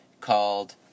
called